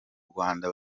rwanda